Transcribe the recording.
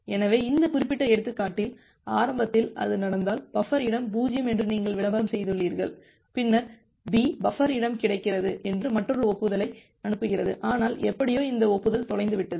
எனவே இந்த குறிப்பிட்ட எடுத்துக்காட்டில் ஆரம்பத்தில் அது நடந்தால் பஃபர் இடம் 0 என்று நீங்கள் விளம்பரம் செய்துள்ளீர்கள் பின்னர் B பஃபர் இடம் கிடைக்கிறது என்று மற்றொரு ஒப்புதலை அனுப்புகிறது ஆனால் எப்படியோ இந்த ஒப்புதல் தொலைந்துவிட்டது